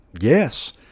Yes